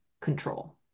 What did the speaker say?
control